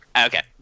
Okay